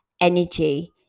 energy